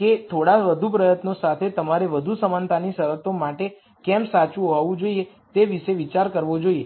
કે થોડા વધુ પ્રયત્નો સાથે તમારે વધુ સમાનતાની શરતો માટે કેમ સાચું હોવું જોઈએ તે વિશે વિચાર કરવો જોઈએ